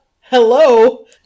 hello